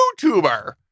YouTuber